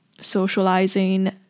socializing